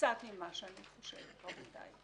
קצת ממה שאני חושבת רבותיי.